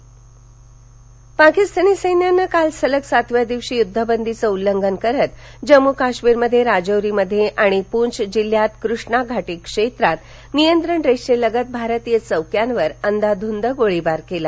यद्वबंदी उल्लंघन पाकिस्तानी सैन्यानं काल सलग सातव्या दिवशी यूद्धबंदीचं उल्लंघन करत जम्मू काश्मीरमध्ये राजौरीमध्ये आणि पूंच जिल्ह्यात कृष्ण घाटी क्षेत्रात नियंत्रण रेषेलगत भारतीय चौक्यांवर अंधाधूंद गोळीबार केला